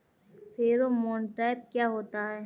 Pheromone trap क्या होता है?